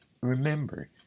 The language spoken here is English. remember